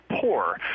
poor